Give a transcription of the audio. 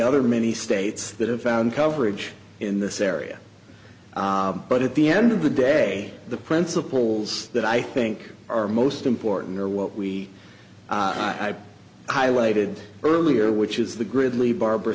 other many states that have found coverage in this area but at the end of the day the principles that i think are most important are what we highlighted earlier which is the gridley barb